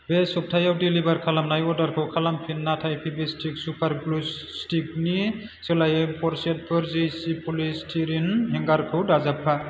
बे सप्तायाव डेलिबार खालामनाय अर्डारखौ खालामफिन नाथाय फेभिस्टिक सुपार ग्लु स्टिकनि सोलायै पर सेटफोर जैसी पलिस्टिरिन हेंगारखौ दाजाबफा